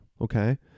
okay